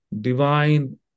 divine